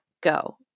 go